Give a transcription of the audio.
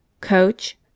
Coach